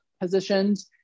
positions